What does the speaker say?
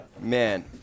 man